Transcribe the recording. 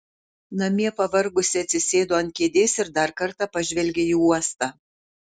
namie pavargusi atsisėdo ant kėdės ir dar kartą pažvelgė į uostą